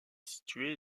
située